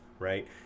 right